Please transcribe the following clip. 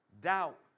doubt